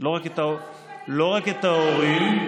לא רק את ההורים,